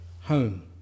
home